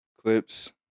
clips